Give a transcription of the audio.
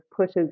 pushes